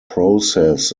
process